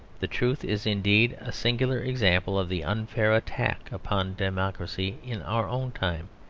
the truth is indeed a singular example of the unfair attack upon democracy in our own time.